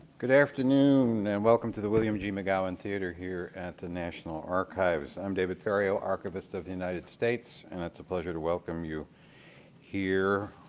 good afternoon, and welcome to the william g. mcgowan theater here at the national archives. i'm david ferriero, archivist of the united states and it's a pleasure to welcome you here,